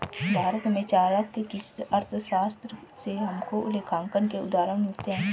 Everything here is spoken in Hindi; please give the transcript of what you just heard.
भारत में चाणक्य की अर्थशास्त्र से हमको लेखांकन के उदाहरण मिलते हैं